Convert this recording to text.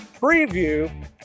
preview